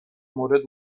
مورد